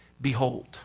Behold